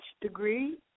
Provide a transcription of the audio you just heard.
degree